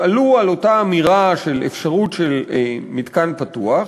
הם עלו על אותה אמירה של אפשרות של מתקן פתוח,